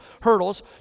hurdles